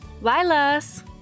lilas